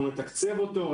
אנחנו נתקצב אותו,